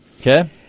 Okay